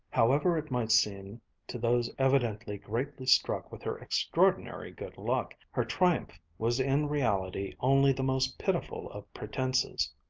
however it might seem to those evidently greatly struck with her extraordinary good luck, her triumph was in reality only the most pitiful of pretenses.